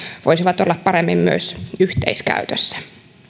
voisivat olla paremmin myös yhteiskäytössä